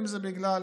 בגלל